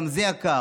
גם זה יקר.